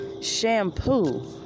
shampoo